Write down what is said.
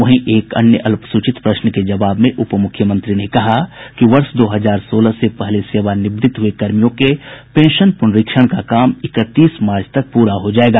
वहीं एक अन्य अल्पसूचित प्रश्न के जवाब में उपमुख्यमंत्री ने कहा है कि वर्ष दो हजार सोलह से पहले सेवानिवृत्त हुए कर्मियों के पेंशन पुनरीक्षण का काम इकतीस मार्च तक पूरा हो जाएगा